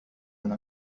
على